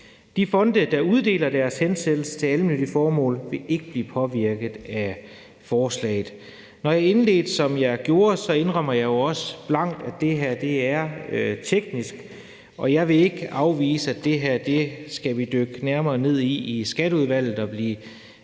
De fonde, der uddeler deres hensættelse til almennyttige formål, vil ikke blive påvirket af forslaget. Når jeg indledte, som jeg gjorde, indrømmer jeg jo også blankt, at det her er teknisk, og jeg vil ikke afvise, at det her skal vi dykke nærmere ned i i Skatteudvalget og blive endnu